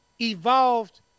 evolved